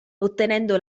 ottenendo